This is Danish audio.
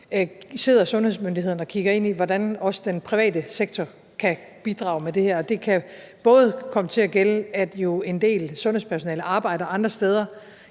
sidder sundhedsmyndighederne og kigger ind i, hvordan også den private sektor kan bidrage med det her. Det kan jo både komme til at gælde, at en del sundhedspersonale i dag arbejder andre steder